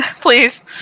please